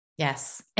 Yes